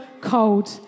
cold